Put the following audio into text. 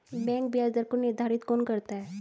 Bank ब्याज दर को निर्धारित कौन करता है?